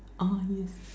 ah yes